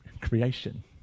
creation